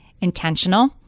intentional